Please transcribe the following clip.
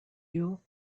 you